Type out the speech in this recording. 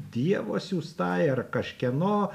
dievo siųstai ar kažkieno